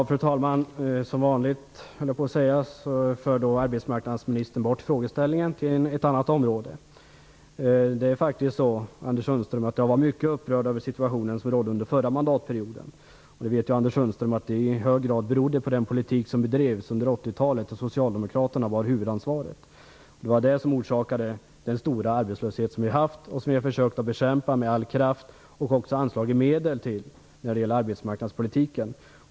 Fru talman! Som vanligt för arbetsmarknadsministern bort frågeställningen till ett annat område. Det är faktiskt så, Anders Sundström, att jag var mycket upprörd över den situation som rådde under förra mandatperioden. Anders Sundström vet att den situationen i hög grad berodde på den politik som bedrevs under 80-talet, då Socialdemokraterna bar huvudansvaret. Det var den som orsakade den stora arbetslöshet vi har haft och som vi har försökt bekämpa med all kraft och också anslagit medel till i arbetsmarknadspolitiken.